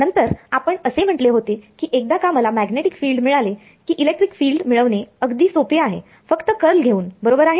नंतर आपण असे म्हटले होते की एकदा का मला मॅग्नेटिक फिल्ड मिळाले की इलेक्ट्रिक फिल्ड मिळवणे अगदी सोपे आहे फक्त कर्ल घेऊन बरोबर आहे